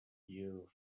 you